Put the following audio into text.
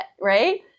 right